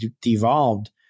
devolved